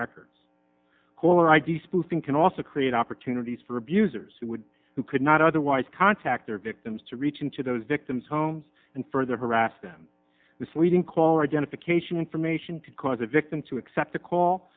records caller id spoofing can also create opportunities for abusers who would who could not otherwise contact their victims to reach into those victims homes and further harass them misleading call identification information could cause a victim to accept the call